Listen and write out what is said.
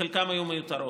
וחלקן היו מיותרות,